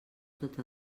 tot